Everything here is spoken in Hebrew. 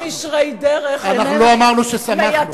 אנשים ישרי דרך, אנחנו לא אמרנו ששמחנו.